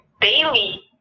daily